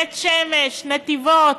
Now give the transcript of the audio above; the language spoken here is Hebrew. בית-שמש, נתיבות,